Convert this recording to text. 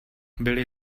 byly